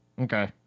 Okay